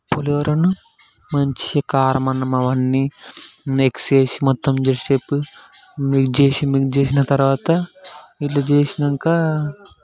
పులిహోరను మంచి కారం అన్నం అవన్నీ మిక్స్ చేసి మొత్తం జరసేపు మిక్స్ చేసి మిక్స్ చేసాను తరువాత ఇలా చేసాక